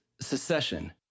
secession